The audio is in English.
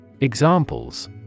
Examples